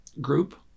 group